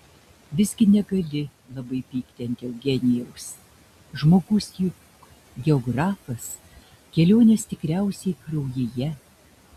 visgi negali labai pykti ant eugenijaus žmogus juk geografas kelionės tikriausiai kraujyje